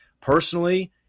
Personally